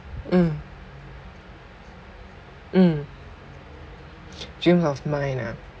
mm mm dream of mine ah